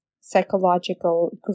psychological